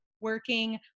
working